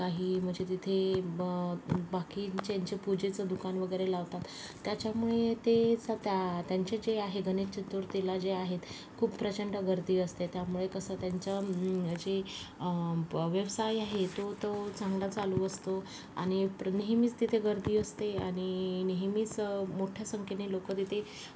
काही म्हणजे तिथे ब बाकीच्यांचे पूजेचं दुकान वगैरे लावतात त्याच्यामुळे ते सध्या त्या त्यांचे जे आहे गणेश चतुर्थीला जे आहेत खूप प्रचंड गर्दी असते त्यामुळे कसं त्यांच्या याची व्यवसाय आहे तो तो चांगला चालू असतो आणि नेहमीच तिथे गर्दी असते आणि नेहमीच मोठ्या संख्येने लोकं तिथे